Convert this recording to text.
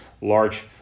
large